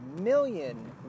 million